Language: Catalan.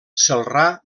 celrà